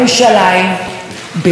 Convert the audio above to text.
במי הכי קל לנגוע?